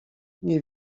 nie